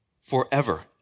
forever